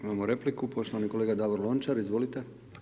Imamo repliku, poštovani kolega Davor Lončar, izvolite.